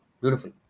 Beautiful